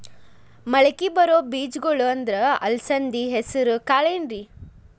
ಮಳಕಿ ಬರೋ ಬೇಜಗೊಳ್ ಅಂದ್ರ ಅಲಸಂಧಿ, ಹೆಸರ್ ಕಾಳ್ ಏನ್ರಿ?